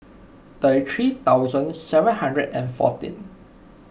thirty three thousand seven hundred and fourteen